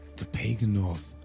the pagan north,